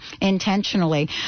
intentionally